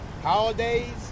holidays